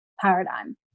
paradigm